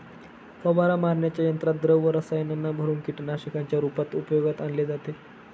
फवारा मारण्याच्या यंत्रात द्रव रसायनांना भरुन कीटकनाशकांच्या रूपात उपयोगात आणले जाते